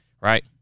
Right